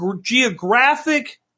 geographic